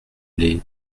les